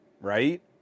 right